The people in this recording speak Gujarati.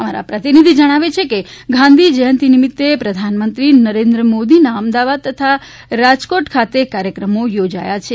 અમારા પ્રતિનિધિ જણાવે છે કે ગાંધીજયંતિ નિમિત્તે પ્રધાનમંત્રી નરેન્દ્ર મોદીના અમદાવાદ તથા રાજકોટ ખાતે કાર્યક્રમ યોજાયા છે